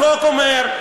- החוק אומר,